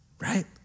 right